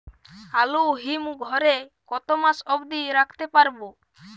আলু হিম ঘরে কতো মাস অব্দি রাখতে পারবো?